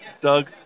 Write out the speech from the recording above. Doug